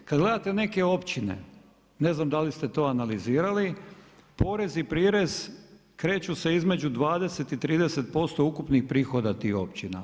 Kad gledate neke općine, ne znam, da li ste to analizirali, porez i prirez, kreću se između 20 i 30% ukupnih prihoda tih općina.